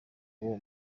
uwo